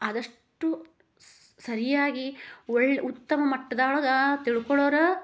ಆದಷ್ಟು ಸರಿಯಾಗಿ ಒಳ್ಳೆ ಉತ್ತಮ ಮಟ್ಟದೊಳ್ಗೆ ತಿಳ್ಕೊಳ್ಳೋರು